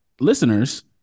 listeners